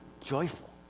joyful